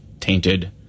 tainted